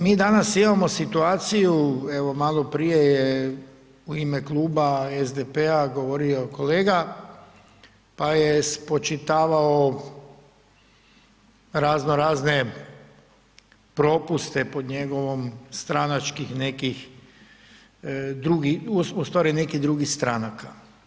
Mi danas imamo situaciju, evo malo prije je u ime kluba SDP-a govorio kolega pa je spočitavao raznorazne propuste po njegovom stranačkih ustvari nekih drugih stranaka.